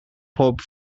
pob